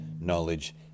knowledge